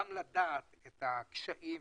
גם לדעת את הקשיים,